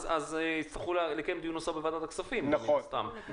יצטרכו לקיים דיון נוסף בוועדת הכספים מן הסתם.